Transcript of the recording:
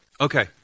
Okay